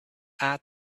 add